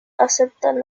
aceptan